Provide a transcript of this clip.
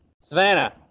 Savannah